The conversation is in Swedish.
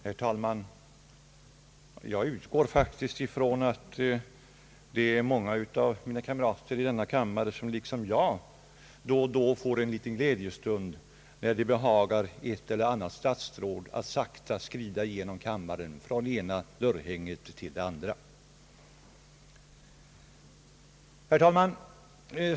Herr talman! Jag utgår faktiskt ifrån att det är många av mina kamrater i denna kammare som liksom jag då och då får en liten glädjestund när det behagar ett eller annat statsråd att sakta skrida genom kammaren, från det ena dörrförhänget till det andra. Herr talman!